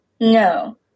No